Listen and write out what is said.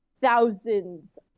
thousands